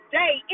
day